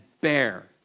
bear